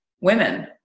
women